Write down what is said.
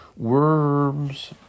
Worms